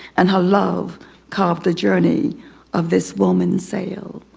and her love carved the journey of this woman sail.